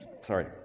Sorry